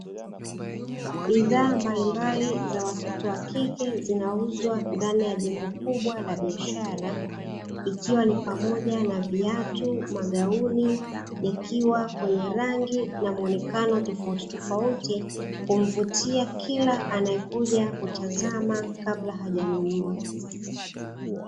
Bidhaa mbalimbali za watoto wakike zinauzwa ndani ya jengo kubwa la biashara ikiwa ni pamoja na viatu, magauni yakiwa kwenye rangi na muonekano tofauti tofauti, humvutia kila anayekuja kutazama kabla hajanunua.